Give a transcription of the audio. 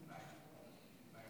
ובין